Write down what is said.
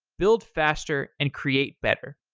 build faster and create better.